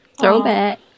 Throwback